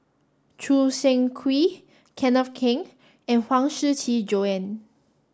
Choo Seng Quee Kenneth Keng and Huang Shiqi Joan